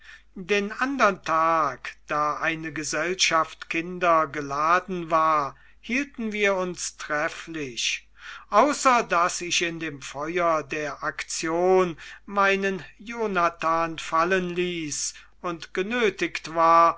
den andern tag da eine gesellschaft kinder geladen war hielten wir uns trefflich außer daß ich in dem feuer der aktion meinen jonathan fallen ließ und genötigt war